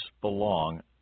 belong